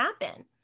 happen